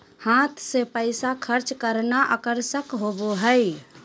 हाथ से पैसा खर्च करना आकर्षक होबो हइ